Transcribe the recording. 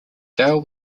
gaol